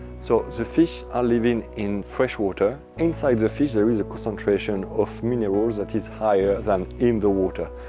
so the fish are living in fresh water. inside the fish there is a concentration of minerals that is higher than in the water.